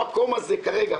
המקום הזה כרגע,